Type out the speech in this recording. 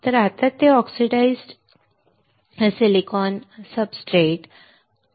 तर आता ते ऑक्सिडाइज्ड सिलिकॉन सब्सट्रेट आहे